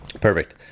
perfect